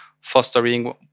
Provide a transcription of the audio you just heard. fostering